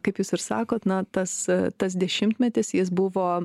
kaip jūs ir sakot na tas tas dešimtmetis jis buvo